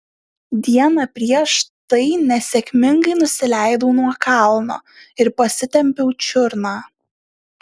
dieną prieš tai nesėkmingai nusileidau nuo kalno ir pasitempiau čiurną